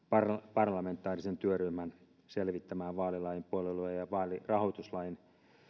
parlamentaarisen työryhmän selvittämään vaalilain puoluelain ja vaalirahoituslain